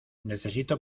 necesito